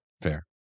fair